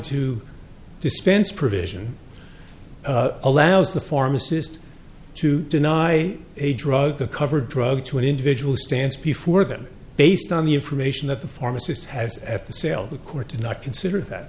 to dispense provision allows the pharmacist to deny a drug the covered drug to an individual stands before them based on the information that the pharmacist has at the sale the court did not consider that